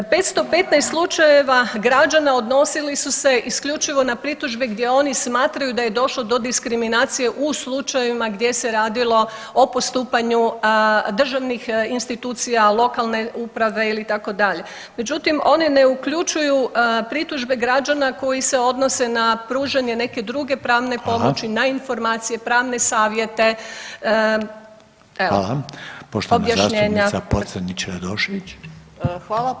515 slučajeva građana odnosili su se isključivo na pritužbe gdje oni smatraju da je došlo do diskriminacije u slučajevima gdje se radilo o postupanju državnih institucija, lokalne uprave itd., međutim oni ne uključuju pritužbe građana koji se odnose na pružanje neke druge pravne [[Upadica Reiner: Hvala.]] pomoći na informacije, pravne savjete, objašnjenja.